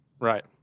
Right